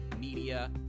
media